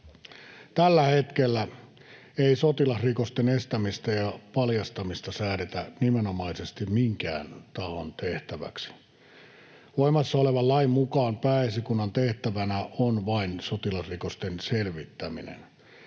Tällä hetkellä ei sotilasrikosten estämistä ja paljastamista säädetä nimenomaisesti minkään tahon tehtäväksi. Voimassa olevan lain mukaan Pääesikunnan tehtävänä on vain sotilasrikosten selvittäminen.